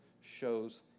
shows